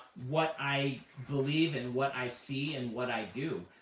what i believe and what i see and what i do.